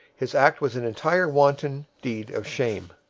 his act was an entirely wanton deed of shame.